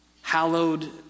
hallowed